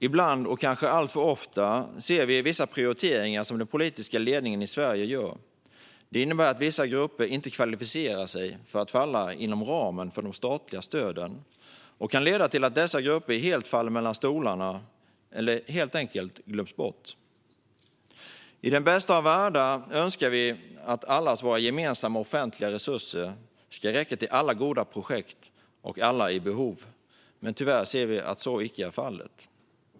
Ibland, och kanske alltför ofta, ser vi vissa prioriteringar som den politiska ledningen i Sverige gör och som innebär att vissa grupper inte kvalificerar sig för att falla inom ramen för de statliga stöden. Detta kan leda till att dessa grupper helt faller mellan stolarna eller helt enkelt glöms bort. I den bästa av världar önskar vi att allas våra gemensamma offentliga resurser ska räcka till alla goda projekt och alla med behov, men tyvärr ser vi att så icke är fallet.